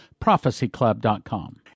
prophecyclub.com